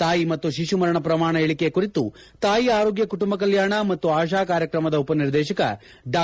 ತಾಯಿ ಮತ್ತು ಶಿಶು ಮರಣ ಪ್ರಮಾಣ ಇಳಿಕೆ ಕುರಿತು ತಾಯಿ ಆರೋಗ್ಯ ಕುಟುಂಬ ಕಲ್ಯಾಣ ಮತ್ತು ಆಶಾ ಕಾರ್ಯಕ್ರಮದ ಉಪನಿರ್ದೇಶಕ ಡಾ